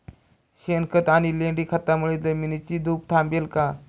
शेणखत आणि लेंडी खतांमुळे जमिनीची धूप थांबेल का?